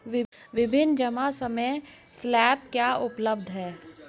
विभिन्न जमा समय स्लैब क्या उपलब्ध हैं?